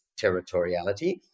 territoriality